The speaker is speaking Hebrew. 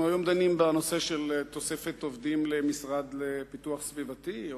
אנחנו דנים היום בנושא של תוספת עובדים למשרד לפיתוח סביבתי,